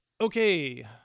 Okay